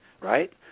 right